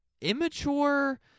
immature